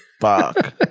Fuck